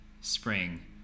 spring